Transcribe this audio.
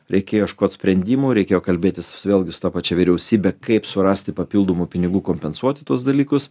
reikėjo ieškot sprendimų reikėjo kalbėtis vėlgi su ta pačia vyriausybe kaip surasti papildomų pinigų kompensuoti tuos dalykus